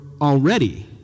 already